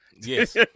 Yes